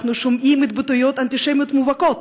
אנחנו שומעים התבטאויות אנטישמיות מובהקות,